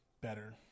better